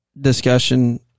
discussion